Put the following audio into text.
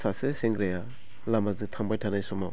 सासे सेंग्राया लामाजों थांबाय थानाय समाव